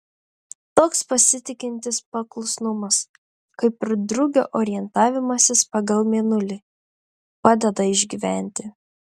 toks pasitikintis paklusnumas kaip ir drugio orientavimasis pagal mėnulį padeda išgyventi